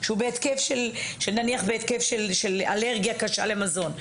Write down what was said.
כשהוא בהתקף של אלרגיה קשה למזון,